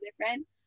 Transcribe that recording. different